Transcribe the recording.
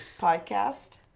podcast